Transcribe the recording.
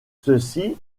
ceci